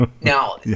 now